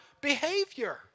behavior